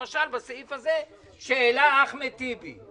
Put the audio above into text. למשל, בסעיף הזה שהעלה אחמד טיבי.